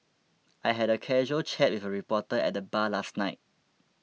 I had a casual chat with a reporter at the bar last night